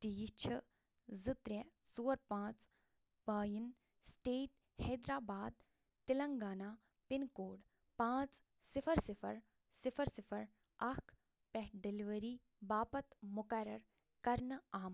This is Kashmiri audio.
تہٕ یہِ چھِ زٕ ترٛےٚ ژور پانٛژھ پایِن state Hyderabad Telangana pin code پانٛژھ صِفر صِفر صِفر صِفر اکھ پٮ۪ٹھ ڈیٚلؤری باپتھ مُقرر کرنہٕ آمُت